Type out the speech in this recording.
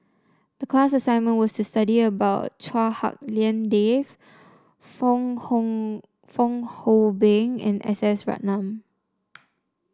the class assignment was to study about Chua Hak Lien Dave Fong Fong Hoe Beng and S S Ratnam